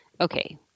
okay